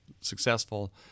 successful